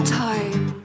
time